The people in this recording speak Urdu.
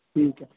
ٹھیک ہے